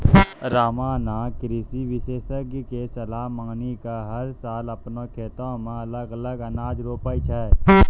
रामा नॅ कृषि विशेषज्ञ के सलाह मानी कॅ हर साल आपनों खेतो मॅ अलग अलग अनाज रोपै छै